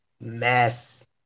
mess